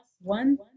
one